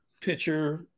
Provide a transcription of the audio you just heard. pitcher